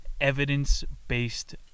Evidence-Based